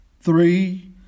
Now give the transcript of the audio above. three